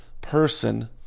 person